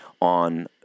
on